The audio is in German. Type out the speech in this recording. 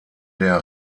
der